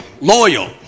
loyal